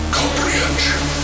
comprehension